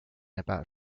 about